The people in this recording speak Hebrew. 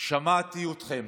שמעתי אתכם.